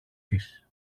της